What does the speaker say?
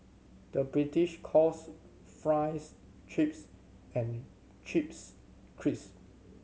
the British calls fries chips and chips crisp